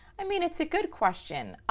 i mean, it's a good question.